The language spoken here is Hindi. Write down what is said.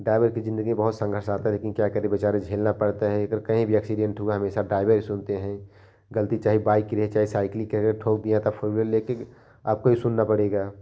ड्राइवर की ज़िन्दगी बहुत संघर्ष आता है लेकिन क्या करे बेचारा झेलना पड़ता है अगर कहीं भी एक्सीडेंट हुआ हमेशा ड्राइवर ही सुनते हैं गलती चाहे बाइक की रहे चाहे साइकिल की रहे अगर ठोक दिया तब फ़िर लेकर ही आपको ही सुनना पड़ेगा